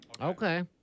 Okay